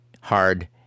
hard